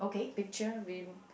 picture with